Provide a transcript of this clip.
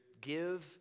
give